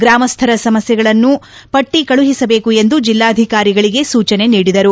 ಗ್ರಾಮಸ್ಥರ ಸಮಸ್ಥೆಗಳನ್ನು ಎಂಬುದನ್ನು ಪಟ್ಟಿ ಕಳುಹಿಸಬೇಕು ಎಂದು ಜಿಲ್ಲಾದಿಕಾರಿಗಳಿಗೆ ಸೂಚನೆ ನೀಡಿದರು